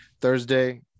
Thursday